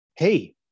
hey